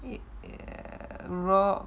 it roar